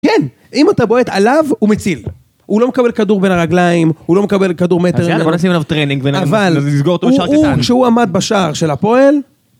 כן, אם אתה בועט עליו, הוא מציל. הוא לא מקבל כדור בין הרגליים, הוא לא מקבל כדור מטר. אז יאללה, בוא נשים עליו טרנינג ונסגור אותו בשער קטן. אבל כשהוא עמד בשער של הפועל...